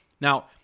Now